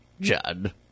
Judd